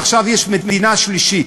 ועכשיו יש מדינה שלישית,